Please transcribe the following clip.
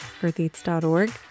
eartheats.org